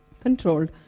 controlled